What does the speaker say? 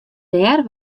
dêr